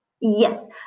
Yes